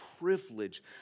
privilege